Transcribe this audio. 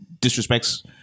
disrespects